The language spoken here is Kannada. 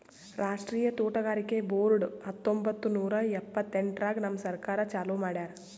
ರಾಷ್ಟ್ರೀಯ ತೋಟಗಾರಿಕೆ ಬೋರ್ಡ್ ಹತ್ತೊಂಬತ್ತು ನೂರಾ ಎಂಭತ್ತೆಂಟರಾಗ್ ನಮ್ ಸರ್ಕಾರ ಚಾಲೂ ಮಾಡ್ಯಾರ್